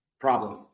problem